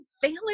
failing